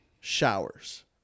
showers